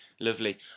lovely